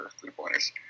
three-pointers